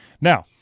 now